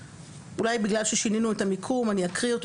אולי בגלל ששינינו את המיקום אני אקריא אותו